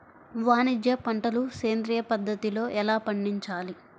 వాణిజ్య పంటలు సేంద్రియ పద్ధతిలో ఎలా పండించాలి?